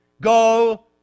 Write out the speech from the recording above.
go